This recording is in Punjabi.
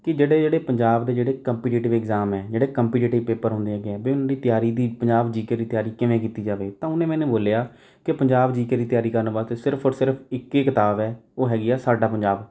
ਕਿ ਜਿਹੜੇ ਜਿਹੜੇ ਪੰਜਾਬ ਦੇ ਜਿਹੜੇ ਕੰਪੀਟੀਟਿਵ ਐਗਜ਼ਾਮ ਹੈ ਜਿਹੜੇ ਕੰਪੀਟੀਟਿਵ ਪੇਪਰ ਹੁੰਦੇ ਹੈਗੇ ਆ ਵੀ ਉਹਨਾਂ ਦੀ ਤਿਆਰੀ ਦੀ ਪੰਜਾਬ ਜੀ ਕੇ ਦੀ ਤਿਆਰੀ ਕਿਵੇਂ ਕੀਤੀ ਜਾਵੇ ਤਾਂ ਉਹਨੇ ਮੈਨੂੰ ਬੋਲਿਆ ਕਿ ਪੰਜਾਬ ਜੀ ਕੇ ਦੀ ਤਿਆਰੀ ਕਰਨ ਵਾਸਤੇ ਸਿਰਫ ਔਰ ਸਿਰਫ ਇੱਕੇ ਕਿਤਾਬ ਹੈ ਉਹ ਹੈਗੀ ਹੈ ਸਾਡਾ ਪੰਜਾਬ